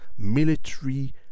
military